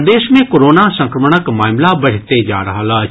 प्रदेश मे कोरोना संक्रमणक मामिला बढ़िते जा रहल अछि